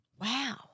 Wow